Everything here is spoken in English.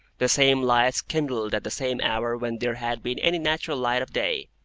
the same lights kindled at the same hour when there had been any natural light of day,